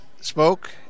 spoke